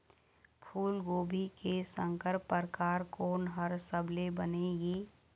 फूलगोभी के संकर परकार कोन हर सबले बने ये?